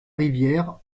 rivière